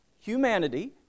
Humanity